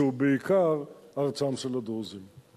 שהוא בעיקר ארצם של הדרוזים.